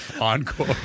encore